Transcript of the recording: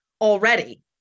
already